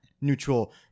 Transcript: Neutral